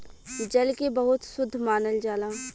जल के बहुत शुद्ध मानल जाला